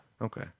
Okay